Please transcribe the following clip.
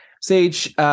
Sage